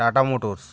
tata motors